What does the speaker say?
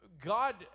God